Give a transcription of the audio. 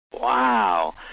Wow